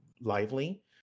lively